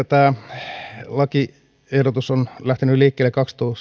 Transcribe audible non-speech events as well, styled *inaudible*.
*unintelligible* tämä lakiehdotus on lähtenyt liikkeelle